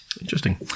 Interesting